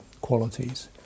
qualities